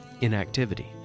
inactivity